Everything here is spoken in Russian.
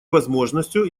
возможностью